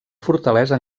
fortalesa